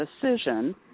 decision